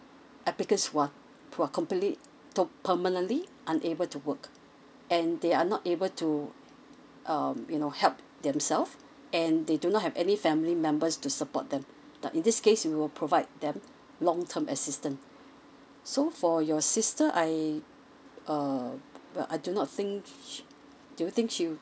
applicants who are who are completely to permanently unable to work and they are not able to um you know help themselves and they do not have any family members to support them now in this case we will provide them long term assistance so for your sister I uh I do not think do you think she